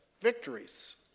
victories